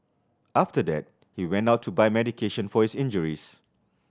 after that he went out to buy medication for his injuries